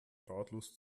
ratlos